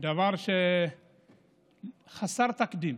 דבר שהוא חסר תקדים.